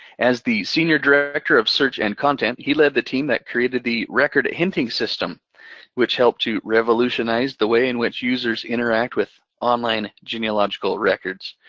as the senior director of search and content, he led the team that created the record hinting system which helped you revolutionize the way in which users interact with online genealogical records.